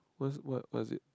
was it what what's it